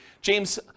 James